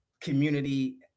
community